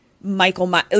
Michael